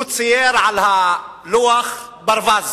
הוא צייר על הלוח ברווז